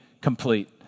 complete